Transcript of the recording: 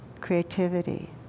creativity